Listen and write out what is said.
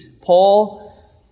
Paul